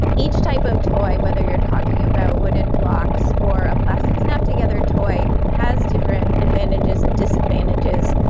each type of toy, whether you're talking about wooden blocks or a plastic snap-together toy, has different advantages and disadvantages.